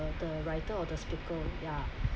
the the writer or the speaker ya